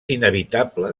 inevitable